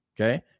okay